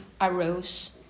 arose